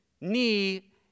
knee